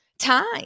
time